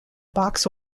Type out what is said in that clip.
box